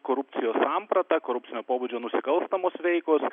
korupcijos samprata korupcinio pobūdžio nusikalstamos veikos